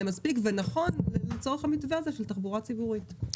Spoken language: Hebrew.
מספיק ונכון לצורך המתווה הזה של תחבורה ציבורית.